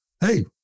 Hey